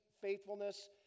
faithfulness